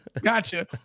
gotcha